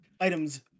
items